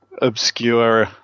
obscure